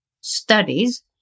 studies